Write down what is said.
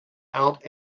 out